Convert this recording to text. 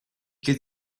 could